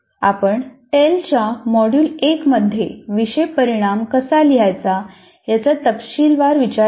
आपण टेल च्या मॉड्यूल 1 मध्ये विषय परिणाम कसा लिहायचा याचा तपशीलवर विचार केला